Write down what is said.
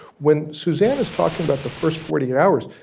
when suzanne is talking about the first forty eight hours,